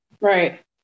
Right